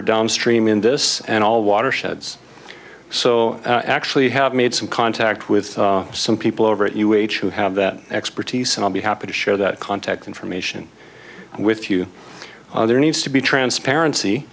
are downstream in this and all watersheds so actually have made some contact with some people over at u h who have that expertise and i'll be happy to share that contact information with you other needs to be transparency